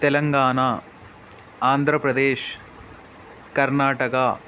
Telangana Andhra Pradesh Karnataka